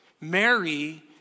Mary